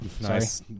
nice